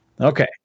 Okay